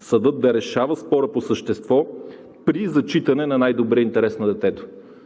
съдът да решава спора по същество при зачитане на най-добрия интерес на детето.